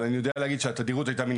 אבל אני יודע להגיד שהתדירות היתה מן